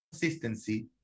consistency